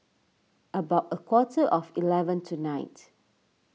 about a quarter to eleven tonight